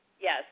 Yes